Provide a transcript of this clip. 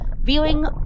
viewing